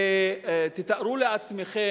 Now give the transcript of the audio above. ותארו לעצמכם,